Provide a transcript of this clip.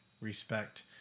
respect